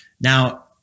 Now